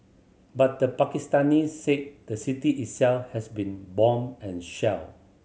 but the Pakistanis said the city itself has been bombed and shelled